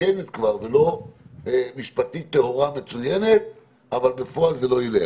מתוקנת כבר ולא משפטית טהורה ומצוינת אבל בפועל זה לא ילך.